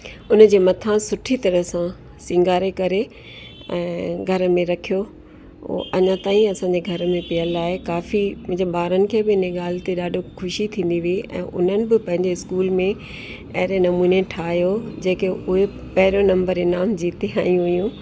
हुनजे मथां सुठी तरह सां सिंगारे करे ऐं घर में रखियो हुओ अञा ताईं असांजे घर में पियल आहे काफ़ी मुंहिंजे ॿारनि खे बि हिन ॻाल्हि ते ॾाढो ख़ुशी थींदी हुई ऐं उन्हनि बि पंहिंजे स्कूल में अहिड़े नमूने ठाहियो जेके उहे पहिरों नंबर इनाम जीते आहियूं हुयूं